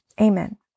amen